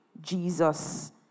Jesus